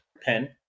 pen